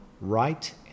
right